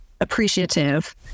appreciative